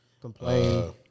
Complain